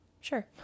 sure